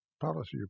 policy